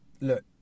look